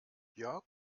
jörg